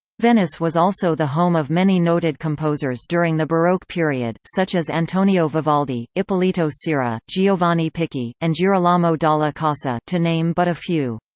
venice was also the home of many noted composers during the baroque period, such as antonio vivaldi, ippolito ciera, giovanni picchi, and girolamo dalla casa, to name but a few.